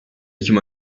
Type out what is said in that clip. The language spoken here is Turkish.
ekim